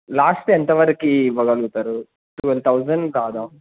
last ఎంతవరకు ఇవ్వగలుగుతారు twelve thousand కాదా